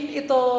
ito